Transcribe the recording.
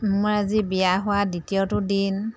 মোৰ আজি বিয়া হোৱা দ্বিতীয়টো দিন